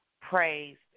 praised